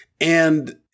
and-